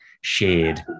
shared